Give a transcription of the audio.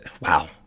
Wow